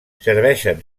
serveixen